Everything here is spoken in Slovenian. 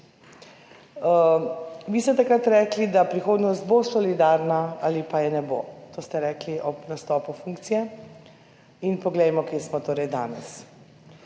Vi ste takrat rekli, da bo prihodnost solidarna ali pa je ne bo. To ste rekli ob nastopu funkcije in poglejmo, kje smo torej danes.